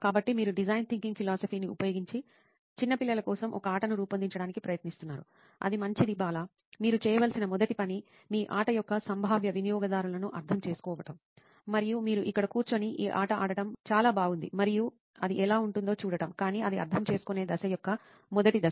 కాబట్టి మీరు design thinking ఫిలాసఫీని ఉపయోగించి చిన్న పిల్లల కోసం ఒక ఆటను రూపొందించడానికి ప్రయత్నిస్తున్నారు అది మంచిది బాలా మీరు చేయవలసిన మొదటి పని మీ ఆట యొక్క సంభావ్య వినియోగదారులను అర్ధం చేసుకోవటం మరియు మీరు ఇక్కడ కూర్చుని ఈ ఆట ఆడుతుండటం చాలా బాగుంది మరియు అది ఎలా ఉంటుందో చూడటం కానీ అది అర్ధం చేసుకొనే దశ యొక్క మొదటి దశ